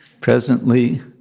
presently